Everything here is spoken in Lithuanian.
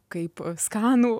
kaip skanų